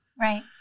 Right